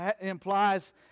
implies